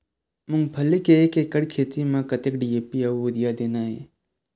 मूंगफली के एक एकड़ खेती म कतक डी.ए.पी अउ यूरिया देना ये?